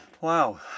wow